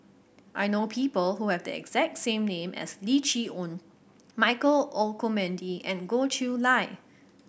I know people who have the exact same name as Lim Chee Onn Michael Olcomendy and Goh Chiew Lye